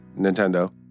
Nintendo